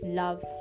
love